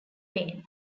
wayne